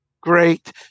great